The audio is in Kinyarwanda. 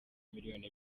miliyoni